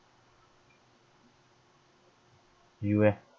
you eh